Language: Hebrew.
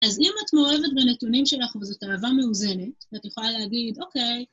אז אם את מאוהבת בנתונים שלך וזאת אהבה מאוזנת, את יכולה להגיד, אוקיי.